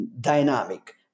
dynamic